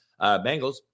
Bengals